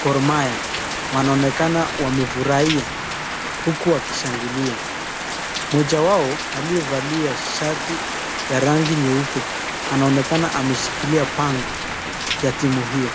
Gor mahia wanaonekana wamefurahia huku wakishangilia, moja wao alivalia shati ya rangi nyeupe anaonekana ameshikilia bango ya timu hiyo.